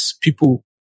people